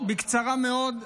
בקצרה מאוד,